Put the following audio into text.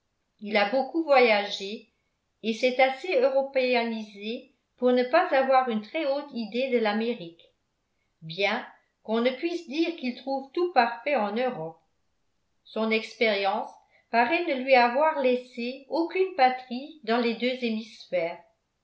il a beaucoup voyagé et s'est assez européanisé pour ne pas avoir une très haute idée de l'amérique bien qu'on ne puisse dire qu'il trouve tout parfait en europe son expérience paraît ne lui avoir laissé aucune patrie dans les deux hémisphères